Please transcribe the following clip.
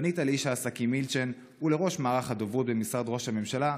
פנית לאיש העסקים מילצ'ן ולראש מערך הדוברות במשרד ראש הממשלה,